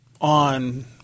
on